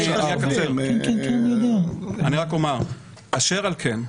אשר על כן,